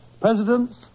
Presidents